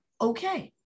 okay